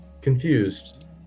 confused